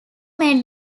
made